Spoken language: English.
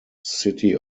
city